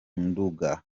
nduga